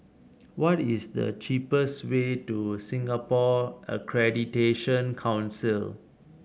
what is the cheapest way to Singapore Accreditation Council